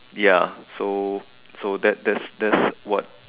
ya so so that that that's what